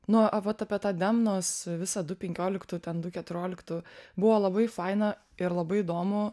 nu a vat apie tą demnos visą du penkioliktų ten du keturioliktų buvo labai faina ir labai įdomu